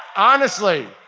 honestly,